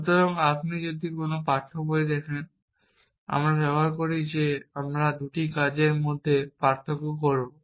সুতরাং আপনি যদি কোনও পাঠ্য বই দেখেন আমরা ব্যবহার করি যে আমরা 2টি কাজের মধ্যে পার্থক্য করব